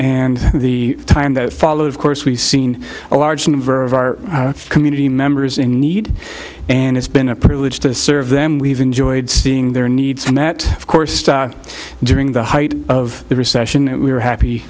and the time that followed of course we've seen a large number of our community members in need and it's been a privilege to serve them we've enjoyed seeing their needs and that of course during the height of the recession we were happy